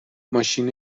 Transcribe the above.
ماشین